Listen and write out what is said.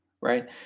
right